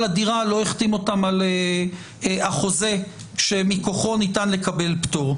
הדירה לא החתים אותם על החוזה שמכוחו ניתן לקבל פטור.